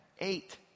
Eight